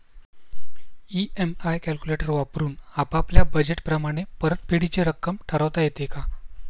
EMI calculator वापरून आपापल्या budget प्रमाणे परतफेडीची रक्कम ठरवता येते का?